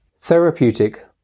Therapeutic